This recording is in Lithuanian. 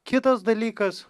kitas dalykas